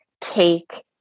take